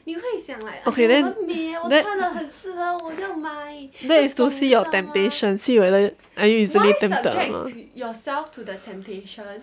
okay then that that is to see your temptation see whether are you easily tempted or not